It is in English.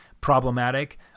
Problematic